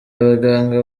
abaganga